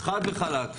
חד וחלק.